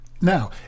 Now